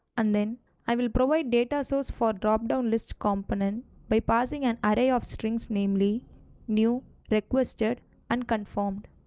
and then i will provide data source for dropdown list component by passing an array of strings, namely new requested and confirmed.